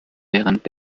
während